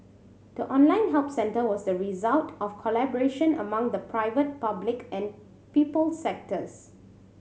the online help centre was the result of collaboration among the private public and people sectors